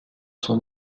son